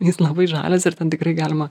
jis labai žalias ir ten tikrai galima